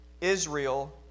Israel